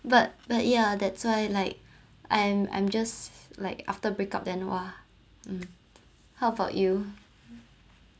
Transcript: but but ya that's why like I'm I'm just like after break up then !wah! um how about you